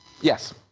Yes